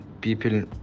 people